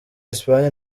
espagne